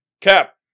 cap